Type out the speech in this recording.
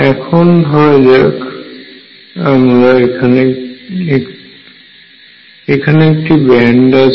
এখন ধরা যাক আমাদের এখানে একটি ব্যান্ড আছে